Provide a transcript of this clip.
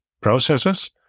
processes